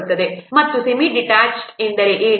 ಮತ್ತು semi detached mode ಎಂದರೆ ಏನು